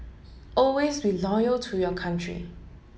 always be loyal to your country